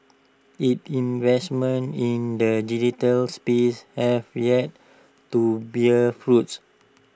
its investments in the digital space have yet to bear fruit